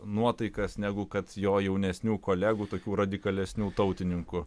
nuotaikas negu kad jo jaunesnių kolegų tokių radikalesnių tautininkų